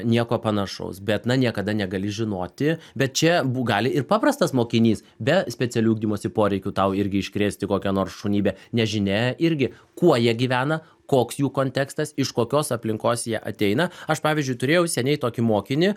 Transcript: nieko panašaus bet na niekada negali žinoti bet čia bu gali ir paprastas mokinys be specialių ugdymosi poreikių tau irgi iškrėsti kokią nors šunybę nežinia irgi kuo jie gyvena koks jų kontekstas iš kokios aplinkos jie ateina aš pavyzdžiui turėjau seniai tokį mokinį